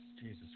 Jesus